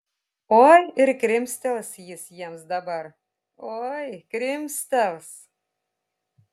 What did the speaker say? oi ir krimstels jis jiems dabar oi krimstels